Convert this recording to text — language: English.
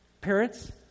parents